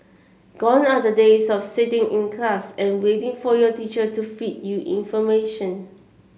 gone are the days of sitting in class and waiting for your teacher to feed you information